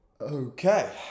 Okay